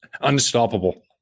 unstoppable